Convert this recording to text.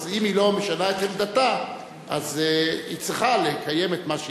אז אם היא לא משנה את עמדתה היא צריכה לקיים את מה שהבטיחה.